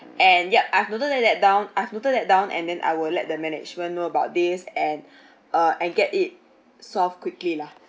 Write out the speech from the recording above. and ya I've noted that that down I've noted that down and then I will let the management know about this and uh and get it solved quickly lah